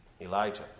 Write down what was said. Elijah